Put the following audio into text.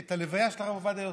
את הלוויה של הרב עובדיה יוסף,